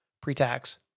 pre-tax